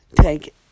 take